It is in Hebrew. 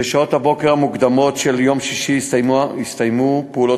בשעות הבוקר המוקדמות של יום שישי הסתיימו פעולות